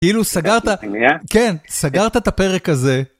כאילו סגרת... כן, סגרת את הפרק הזה.